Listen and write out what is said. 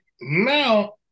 now